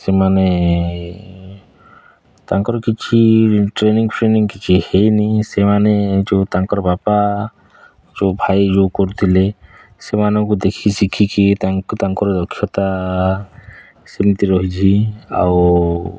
ସେମାନେ ତାଙ୍କର କିଛି ଟ୍ରେନିଙ୍ଗଫ୍ରେନିଙ୍ଗ କିଛି ହେଇନି ସେମାନେ ଯେଉଁ ତାଙ୍କର ବାପା ଯେଉଁ ଭାଇ ଯେଉଁ କରୁଥିଲେ ସେମାନଙ୍କୁ ଦେଖି ଶିଖିକି ତାଙ୍କ ତାଙ୍କର ଦକ୍ଷତା ସେମିତି ରହିଛି ଆଉ